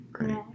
right